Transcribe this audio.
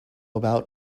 about